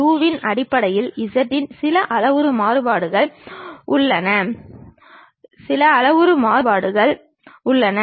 இந்த சித்திர வரைபடத்திலிருந்து இயற்கையாகவே இந்த மாதிரியான விஷயங்கள் வெளிவருகின்றன